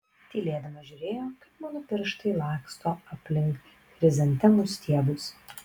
tylėdama žiūrėjo kaip mano pirštai laksto aplink chrizantemų stiebus